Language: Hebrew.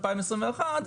2021,